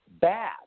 bad